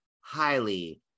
highly